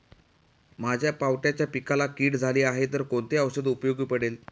माझ्या पावट्याच्या पिकाला कीड झाली आहे तर कोणते औषध उपयोगी पडेल?